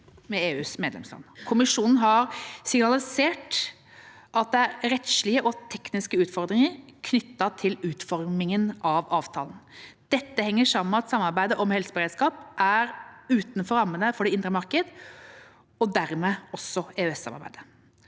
med EUs medlemsland. Kommisjonen har signalisert at det er rettslige og tekniske utfordringer knyttet til utformingen av avtalen. Dette henger sammen med at samarbeidet om helseberedskap er utenfor rammene for det indre markedet og dermed også for EØS-samarbeidet.